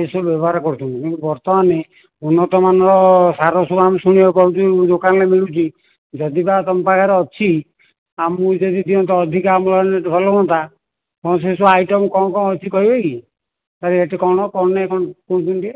ଏସବୁ ବ୍ୟବହାର କରୁଥିଲୁ କିନ୍ତୁ ବର୍ତ୍ତମାନେ ଉନ୍ନତ ମାନର ସାର ସବୁ ଆମେ ଶୁଣିବାକୁ ପାଉଛୁ ଦୋକାନରେ ମିଳୁଛି ଯଦି ବା ତମ ପାଖରେ ଅଛି ଆମକୁ ଯଦି ଦିଅନ୍ତେ ଅଧିକା ଅମଳ ହେଲେ ତ ଭଲ ହୁଅନ୍ତା ତମର ସେ ସବୁ ଆଇଟମ୍ କ'ଣ କ'ଣ ଅଛି କହିବେ କି ତା ରେଟ୍ କ'ଣ କ'ଣ ନାଇ କ'ଣ କୁହନ୍ତୁନି ଟିକିଏ